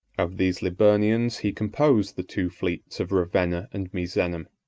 of these liburnians he composed the two fleets of ravenna and misenum,